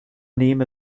nehme